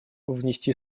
внести